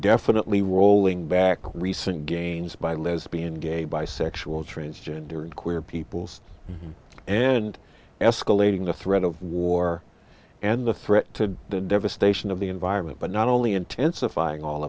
definitely rolling back recent gains by lesbian gay bisexual transgender and queer peoples and escalating the threat of war and the threat to the devastation of the environment but not only intensifying all